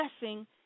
blessing